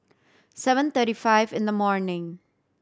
seven thirty five in the morning